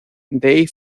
dave